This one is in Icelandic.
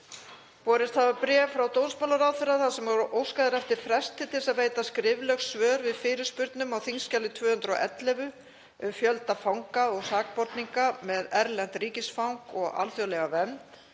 Borist hafa bréf frá dómsmálaráðherra þar sem óskað er eftir fresti til þess að veita skrifleg svör við fyrirspurnum á þskj. 211, um fjölda fanga og sakborninga með erlent ríkisfang og alþjóðlega vernd,